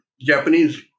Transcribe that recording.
Japanese